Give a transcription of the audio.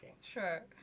sure